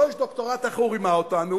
לו יש דוקטורט איך הוא רימה אותנו,